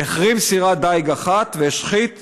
החריב סירת דיג אחת והשחית